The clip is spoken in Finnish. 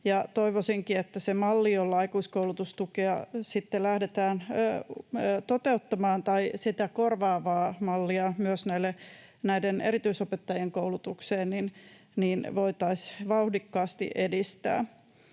Toivoisinkin, että sitä mallia, jolla aikuiskoulutustukea sitten lähdetään toteuttamaan — tai sitä korvaavaa mallia myös näiden erityisopettajien koulutukseen — voitaisiin vauhdikkaasti edistää.